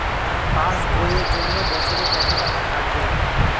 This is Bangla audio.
পাস বইয়ের জন্য বছরে কত টাকা কাটবে?